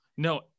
no